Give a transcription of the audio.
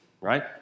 right